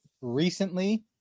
recently